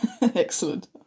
Excellent